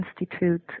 Institute